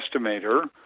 estimator